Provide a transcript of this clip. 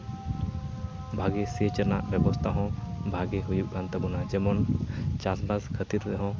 ᱵᱷᱟᱹᱜᱤ ᱥᱮᱪ ᱨᱮᱱᱟᱜ ᱵᱮᱵᱚᱥᱛᱟ ᱦᱚᱸ ᱵᱷᱟᱹᱜᱤ ᱦᱩᱭᱩᱜ ᱠᱟᱱ ᱛᱟᱵᱚᱱᱟ ᱡᱮᱢᱚᱱ ᱪᱟᱥᱵᱟᱥ ᱠᱷᱟᱹᱛᱤᱨ ᱛᱮᱦᱚᱸ